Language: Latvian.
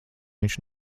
viņš